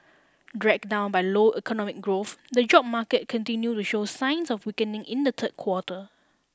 dragged down by low economic growth the job market continued to show signs of weakening in the third quarter